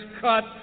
cut